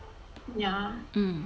yeah